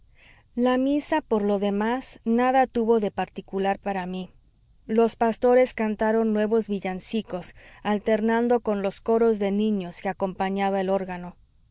la misa por lo demás nada tuvo de particular para mí los pastores cantaron nuevos villancicos alternando con los coros de niños que acompañaba el órgano